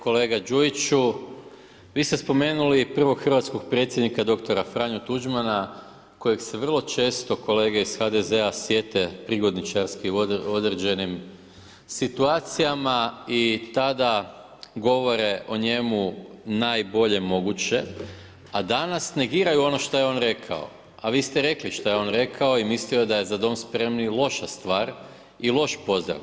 Kolega Đujiću, vi ste spomenuli prvog hrvatskog predsjednika dr. Franju Tuđmana koje se vrlo često kolege iz HDZ-a sjete prigodničarski u određenim situacijama i tada govore o njemu najbolje moguće a danas negiraju ono što je on rekao a vi ste rekli šta je on rekao i mislio je da je za „Za Dom spremni“ loša stvar i loš pozdrav.